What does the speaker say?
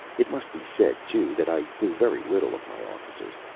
it must be said, too, that i knew very little of my officers.